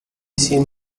seen